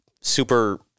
super